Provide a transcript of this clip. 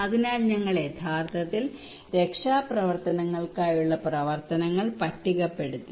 അതിനാൽ ഞങ്ങൾ യഥാർത്ഥത്തിൽ രക്ഷാപ്രവർത്തനങ്ങൾക്കായുള്ള പ്രവർത്തനങ്ങൾ പട്ടികപ്പെടുത്തി